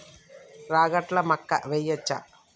రాగట్ల మక్కా వెయ్యచ్చా?